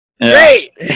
Great